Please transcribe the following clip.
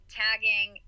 tagging